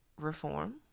reform